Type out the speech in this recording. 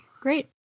great